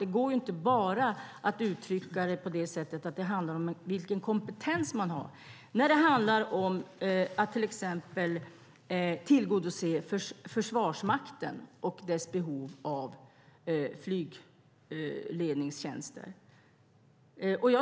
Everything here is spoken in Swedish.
Det går ju inte bara att uttrycka det som att det handlar om vilken kompetens man har när det handlar om att till exempel tillgodose Försvarsmakten och dess behov av flygledningstjänster.